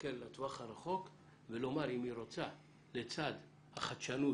ולהסתכל לטווח הרחוק ולומר אם היא רוצה לצד החדשנות,